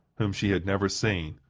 whom she had never seen,